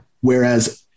Whereas